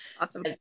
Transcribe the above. Awesome